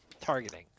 targeting